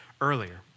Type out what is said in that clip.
earlier